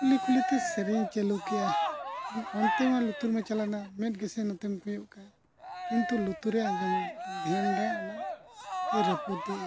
ᱠᱩᱞᱦᱤ ᱠᱩᱞᱦᱤᱛᱮ ᱥᱮᱨᱮᱧ ᱮ ᱪᱟᱹᱞᱩ ᱠᱮᱜᱼᱟ ᱚᱱᱛᱮᱢᱟ ᱞᱩᱛᱩᱨᱢᱟ ᱪᱟᱞᱟᱣᱮᱱᱟ ᱢᱮᱫ ᱜᱮᱥᱮ ᱱᱚᱛᱮᱢ ᱠᱚᱭᱚᱜ ᱟᱠᱟᱫᱼᱟ ᱠᱤᱱᱛᱩ ᱞᱩᱛᱩ ᱨᱮ ᱟᱸᱡᱚᱢᱟ ᱫᱷᱮᱭᱟᱱ ᱨᱮ ᱚᱱᱟᱭ ᱨᱟᱹᱯᱩᱫᱮᱜᱼᱟ